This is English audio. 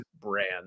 brand